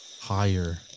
higher